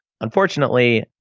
unfortunately